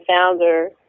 founder